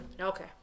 Okay